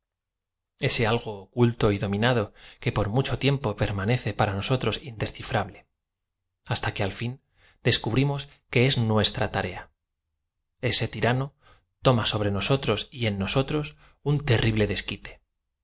ese algo oculto y dominado que por mucho tiempo per manece para nosotros indescifrable hasta que al fin descubrimos que es nuestra tarea ese tirano toma so bre nosotros y en nosotros un terrible desquite